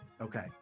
Okay